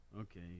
Okay